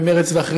ממרצ ואחרים,